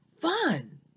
fun